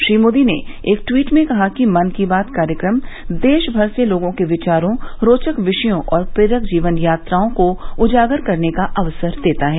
श्री मोदी ने एक ट्वीट में कहा कि मन की बात कार्यक्रम देशभर से लोगों के विचारों रोचक विषयों और प्रेरक जीवन यात्राओं को उजागर करने का अवसर देता है